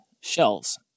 shelves